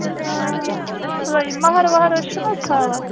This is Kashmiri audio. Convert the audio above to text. آ سٲری مگر واریاہ چھِنہٕ حظ تھاوان